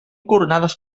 coronades